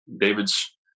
David's